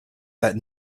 that